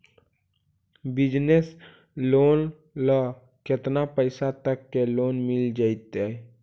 Business loan ल केतना पैसा तक के लोन मिल जितै?